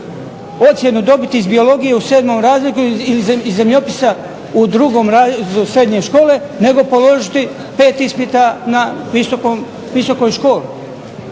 ocjenu dobiti iz biologije u sedmom razredu ili iz zemljopisa drugom razredu srednje škole nego položiti pet ispita na visokoj školi.